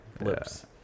Lips